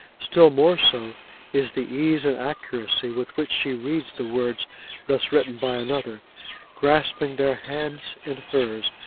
still more so is the ease and accuracy with which she reads the words thus written by another grasping their hands in hers,